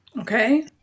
Okay